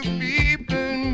people